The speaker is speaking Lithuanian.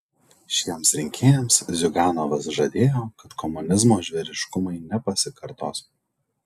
šiems rinkėjams ziuganovas žadėjo kad komunizmo žvėriškumai nepasikartos